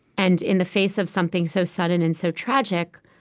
and in the face of something so sudden and so tragic,